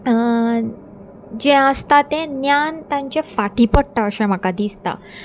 जें आसता तें ज्ञान तांचें फाटीं पडटा अशें म्हाका दिसता